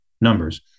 numbers